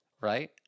right